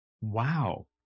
wow